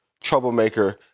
troublemaker